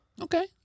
Okay